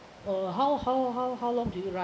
uh how how how how long do you run